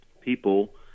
people